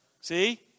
See